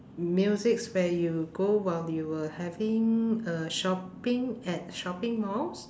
musics where you go while you were having a shopping at shopping malls